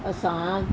Assam